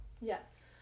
Yes